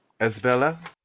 Esbella